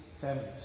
families